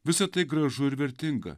visa tai gražu ir vertinga